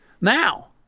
now